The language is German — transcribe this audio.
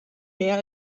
mehr